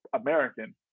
American